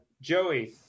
joey